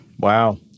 Wow